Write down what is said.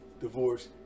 divorce